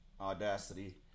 audacity